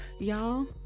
y'all